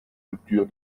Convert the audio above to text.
rupture